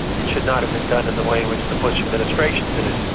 it should not have been done in the way in which the bush administration did it.